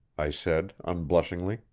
i said unblushingly.